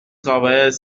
travaillait